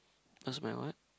what's my what